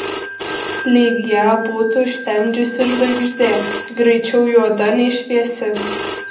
lyg ją būtų užtemdžiusi žvaigždė greičiau juoda nei šviesi